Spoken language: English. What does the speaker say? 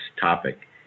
topic